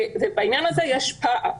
בעניין הזה יש פער.